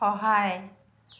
সহায়